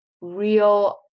real